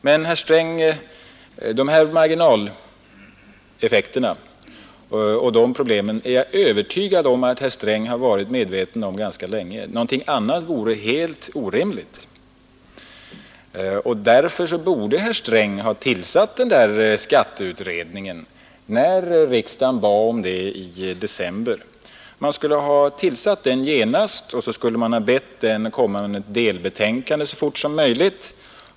Jag är övertygad om att herr Sträng har varit medveten om marginaleffekterna ganska länge; någonting annat vore helt orimligt. Därför borde herr Sträng ha tillsatt skatteutredningen genast när riksdagen begärde det i december och bett den avge ett delbetänkande så fort som möjligt.